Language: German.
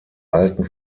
alten